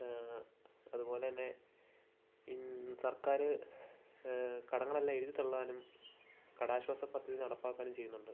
അതുപോലെ തന്നെ ഇൻ സർക്കാർ കടങ്ങളെല്ലാം എഴുതി തള്ളാനും കടാശ്വാസ പദ്ധതി നടപ്പാക്കാനും ചെയ്യുന്നുണ്ട്